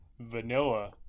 vanilla